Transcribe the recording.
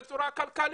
בצורה כלכלית.